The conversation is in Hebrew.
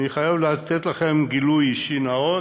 אני חייב לתת לכם גילוי אישי נאות: